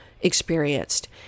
experienced